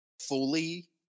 fully